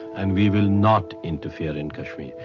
and we will not interfere in kashmir.